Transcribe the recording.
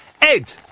Ed